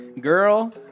Girl